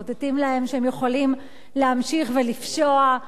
מאותתים להם שהם יכולים להמשיך ולפשוע,